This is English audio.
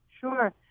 Sure